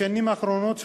בשנים האחרונות,